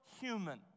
human